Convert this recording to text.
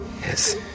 Yes